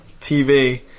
TV